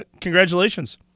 Congratulations